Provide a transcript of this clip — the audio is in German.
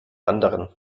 anderen